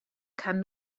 kann